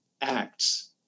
acts